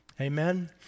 amen